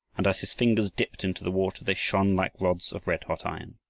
and as his fingers dipped into the water they shone like rods of red-hot iron.